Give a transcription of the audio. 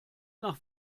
nach